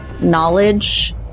knowledge